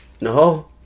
no